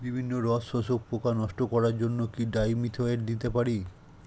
বিভিন্ন রস শোষক পোকা নষ্ট করার জন্য কি ডাইমিথোয়েট দিতে পারি?